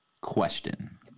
question